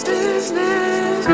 Business